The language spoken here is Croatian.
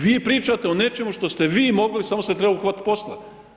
Vi pričate o nečemu što ste vi mogli, samo se treba uhvatiti posla.